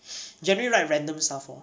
generally like random stuff lor